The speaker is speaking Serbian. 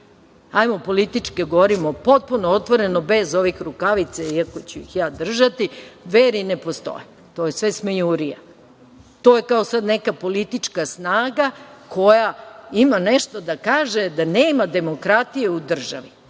Hajmo politički da govorimo potpuno otvoreno, bez ovih rukavica, iako ću ih ja držati, Dveri ne postoje. Ovo je sve smejurija. To je kao sada neka politička snaga koja ima nešto da kaže da nema demokratije u državi.